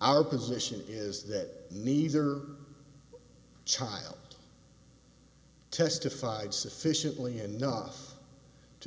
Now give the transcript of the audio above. our position is that neither child testified sufficiently enough to